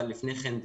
אבל לפני כן,